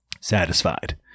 satisfied